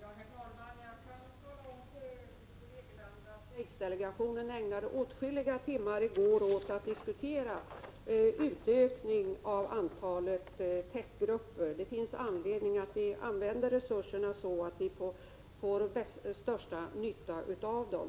Herr talman! Jag kan tala om för Hugo Hegeland att aidsdelegationen i går ägnade åtskilliga timmar åt att diskutera en utökning av antalet testgrupper. Det finns anledning att vi använder resurserna så, att vi får den största nyttan av dem.